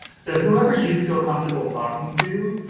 so whoever you feel comfortable talking to,